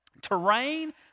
terrain